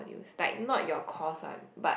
he was like not your course one but